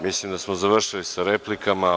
Mislim da smo završili sa replikama.